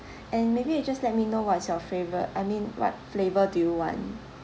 and maybe you just let me know what's your favourite I mean what flavour do you want